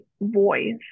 voice